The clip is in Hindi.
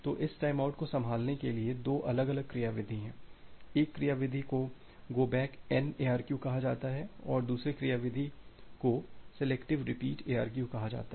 तो इस टाइमआउट को संभालने के लिए दो अलग अलग क्रियाविधि हैं एक क्रियाविधिको गो बैक N ARQ कहा जाता है और दूसरे क्रियाविधिको सेलेक्टिव रिपीट ARQ कहा जाता है